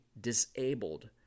disabled